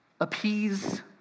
appease